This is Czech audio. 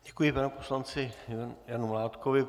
Děkuji panu poslanci Janu Mládkovi.